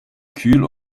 kühl